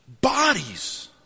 bodies